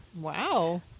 Wow